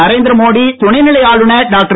நரேந்திர மோடி துணைநிலை ஆளுனர் டாக்டர்